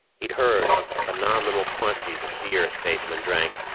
he'd heard of the phenomenal quantities of beer spacemen drank,